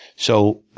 so